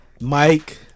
Mike